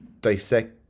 dissect